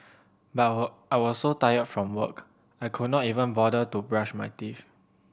I was so tired from work I could not even bother to brush my teeth